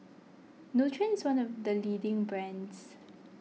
Nutren is one of the leading brands